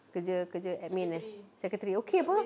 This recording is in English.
kerja-kerja admin eh secretary okay apa